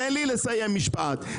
תן לי לסיים משפט.